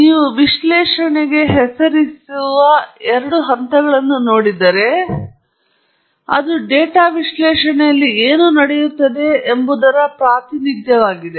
ಇಲ್ಲಿ ನೀವು ವಿಶ್ಲೇಷಣೆಗೆ ಹೆಸರಿಸಿರುವ ಎರಡು ಹಂತಗಳನ್ನು ನೋಡಿದರೆ ಅದು ಡೇಟಾ ವಿಶ್ಲೇಷಣೆಯಲ್ಲಿ ಏನು ನಡೆಯುತ್ತಿದೆ ಎಂಬುದರ ಪ್ರಾತಿನಿಧ್ಯವಾಗಿದೆ